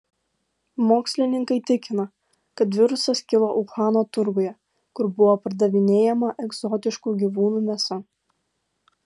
mokslininkai tikina kad virusas kilo uhano turguje kur buvo pardavinėjama egzotiškų gyvūnų mėsa